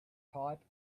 pipe